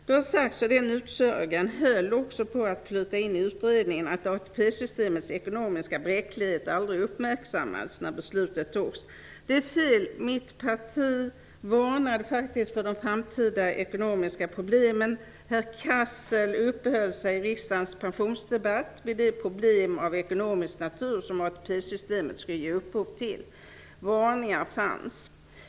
Det har sagts -- och den utsagan höll också på att flyta in i utredningen -- att ATP-systemets ekonomiska bräcklighet aldrig uppmärksammades när beslutet togs. Detta är fel. Mitt parti varnade faktiskt för de framtida ekonomiska problemen. Herr Cassel uppehöll sig i riksdagens pensionsdebatt vid de problem av ekonomisk natur som ATP-systemet skulle ge upphov till. Varningar fanns.